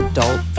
Adult